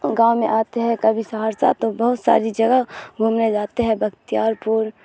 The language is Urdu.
گاؤں میں آتے ہیں کبھی سہرسا تو بہت ساری جگہ گھومنے جاتے ہیں بختیار پور